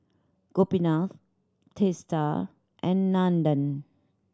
Gopinath Teesta and Nandan